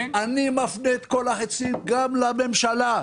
אני מפנה את כל החצים גם לממשלה.